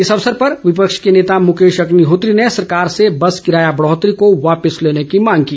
इस अवसर पर विपक्ष के नेता मुकेश अग्निहोत्री ने सरकार से बस किराया बढ़ौतरी को वापस लेने की मांग की